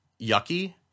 yucky